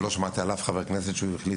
ולא שמעתי על אף חבר כנסת שהחליט,